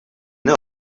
know